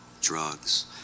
drugs